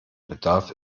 bedarf